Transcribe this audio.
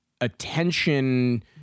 attention